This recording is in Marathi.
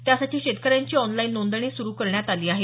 त्यासाठी शेतकऱ्यांची ऑनलाईन नोंदणी सुरु करण्यात आली आहे